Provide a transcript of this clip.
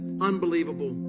unbelievable